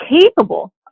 capable